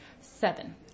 seven